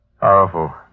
Powerful